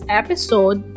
episode